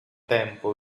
tempo